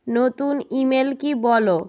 নতুন ইমেল কী বলো